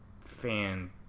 fan